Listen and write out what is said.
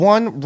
One